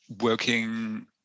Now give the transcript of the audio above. working